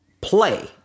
play